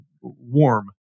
warm